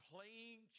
playing